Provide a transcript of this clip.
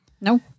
no